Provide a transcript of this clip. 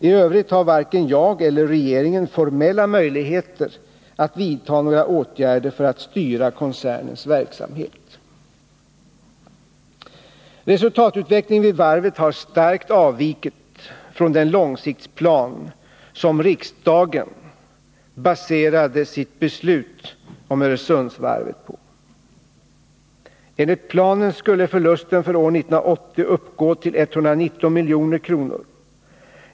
I övrigt har varken jag eller regeringen formella möjligheter att vidta några åtgärder för att styra koncernens verksamhet. Resultatutvecklingen vid varvet har starkt avvikit från den långsiktsplan 17 som riksdagen baserade sitt beslut om Öresundsvarvet på. Enligt planen skulle förlusten för år 1980 uppgå till 119 milj.kr.